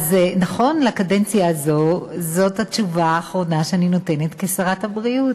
אז נכון לקדנציה הזו זאת התשובה האחרונה שאני נותנת כשרת הבריאות,